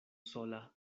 sola